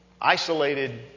isolated